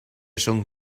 son